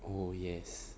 oh yes